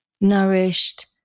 nourished